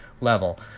level